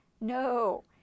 No